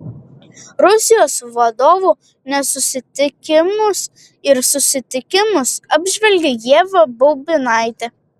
rusijos vadovų nesusitikimus ir susitikimus apžvelgia ieva baubinaitė